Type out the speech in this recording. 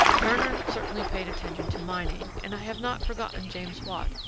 werner certainly paid attention to mining, and i have not forgotten james watt.